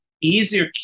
easier